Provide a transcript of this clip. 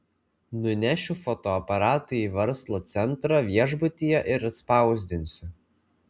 nunešiu fotoaparatą į verslo centrą viešbutyje ir atspausdinsiu